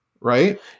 right